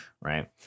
Right